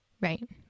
Right